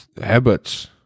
habits